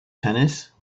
tennis